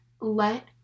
let